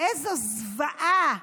איזו זוועה.